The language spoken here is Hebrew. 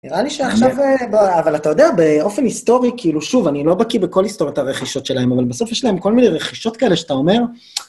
נראה לי שעכשיו, אבל אתה יודע, באופן היסטורי, כאילו, שוב, אני לא בקיא בכל היסטוריות הרכישות שלהן, אבל בסוף יש להן כל מיני רכישות כאלה שאתה אומר,